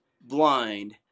blind